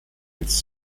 its